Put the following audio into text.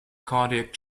cardiac